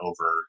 over